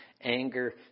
anger